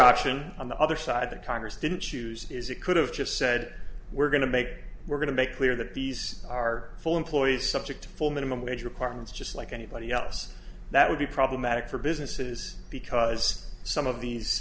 option on the other side that congress didn't choose is it could have just said we're going to make we're going to make clear that these are for employees subject for minimum wage requirements just like anybody else that would be problematic for businesses because some of these